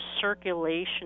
circulation